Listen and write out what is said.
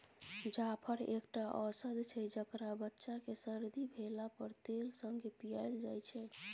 जाफर एकटा औषद छै जकरा बच्चा केँ सरदी भेला पर तेल संगे पियाएल जाइ छै